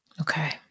Okay